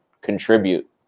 contribute